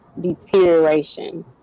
deterioration